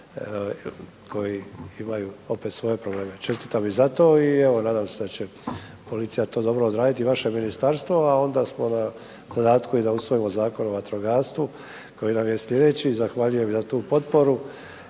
koji imaju opet svoje probleme, čestitam i zato i evo, nadam se da će policija to dobro odraditi i vaše ministarstvo a onda smo i na zadatku i da usvojimo Zakon o vatrogastvu koji nam je slijedeći, zahvaljujem i na tu potporu